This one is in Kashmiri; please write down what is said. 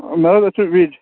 نہَ حظ أسۍ چھِ وِج